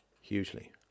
hugely